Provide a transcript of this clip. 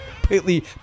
completely